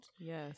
Yes